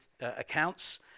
accounts